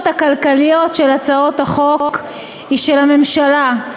הכלכליות של הצעות החוק היא של הממשלה.